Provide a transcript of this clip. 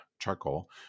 charcoal